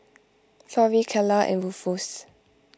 Florie Kylah and Rufus